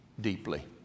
deeply